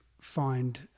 find